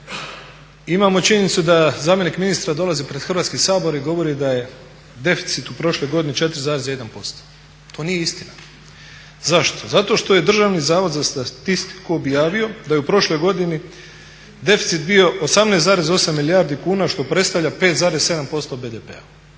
imao činjenicu da zamjenik ministar dolazi pred Hrvatski sabor i govori da je deficit u prošloj godini 4,1%. To nije istina. Zašto? Zato što je Državni zavod za statistiku objavio da je u prošloj godini deficit bio 18,8 milijardi kuna što predstavlja 5,7% BDP-a.